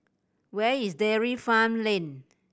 where is Dairy Farm Lane